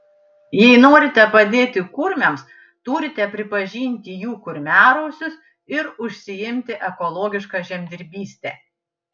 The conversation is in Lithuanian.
jei norite padėti kurmiams turite pripažinti jų kurmiarausius ir užsiimti ekologiška žemdirbyste